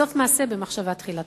סוף מעשה במחשבה תחילה.